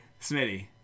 Smitty